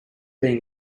being